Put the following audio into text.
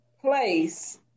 place